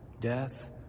Death